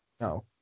no